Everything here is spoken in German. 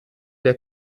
der